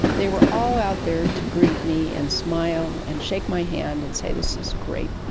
they were all out there to greet me and smile and shake my hand and say this is great.